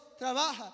trabaja